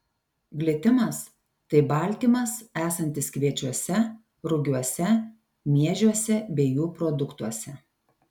glitimas tai baltymas esantis kviečiuose rugiuose miežiuose bei jų produktuose